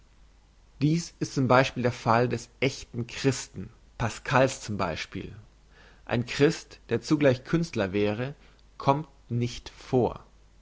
dies ist zum beispiel der fall des echten christen pascal's zum beispiel ein christ der zugleich künstler wäre kommt nicht vor